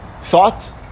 thought